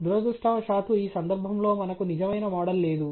దురదృష్టవశాత్తు ఈ సందర్భంలో మనకు నిజమైన మోడల్ లేదు